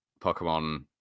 pokemon